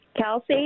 Kelsey